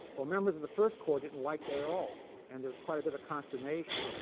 well members of the first corps didn't like that at all and there was quite a bit of consternation.